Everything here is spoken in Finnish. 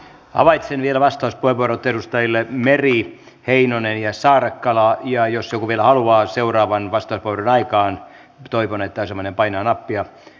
havaitsen vielä vastauspuheenvuorot edustajille meri heinonen ja saarakkala ja jos joku vielä haluaa vastauspuheenvuoron toivon että painaa nappia